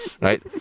Right